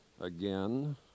again